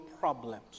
problems